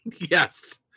Yes